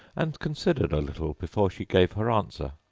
and considered a little before she gave her answer.